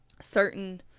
certain